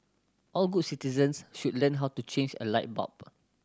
all good citizens should learn how to change a light bulb